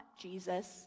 Jesus